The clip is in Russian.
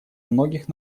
многих